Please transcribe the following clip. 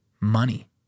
money